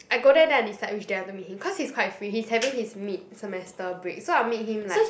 I go there then I decide which day I want to meet him cause he's quite free he's having his mid semester break so I'll meet him like